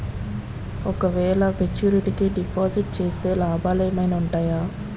ఓ క వేల maturity deposit చేస్తే లాభాలు ఏమైనా ఉంటాయా?